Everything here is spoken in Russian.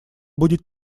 будет